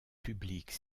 publique